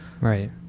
right